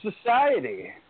society